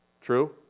true